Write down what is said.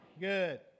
Good